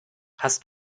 hast